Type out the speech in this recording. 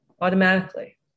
automatically